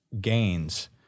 gains